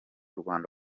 rwanda